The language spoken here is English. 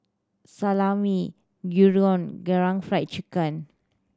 Salami Gyudon Karaage Fried Chicken